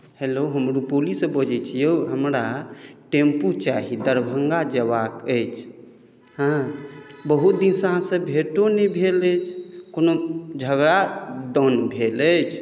hello हम रूपौलीसँ बजैत छी यौ हमरा टेम्पू चाही दरभंगा जयबाक अछि हँ बहुत दिनसँ अहाँसँ भेँटो नहि भेल अछि कोनो झगड़ा दौन भेल अछि